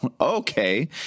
Okay